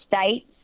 states